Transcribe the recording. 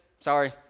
sorry